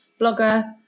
blogger